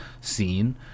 scene